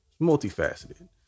Multifaceted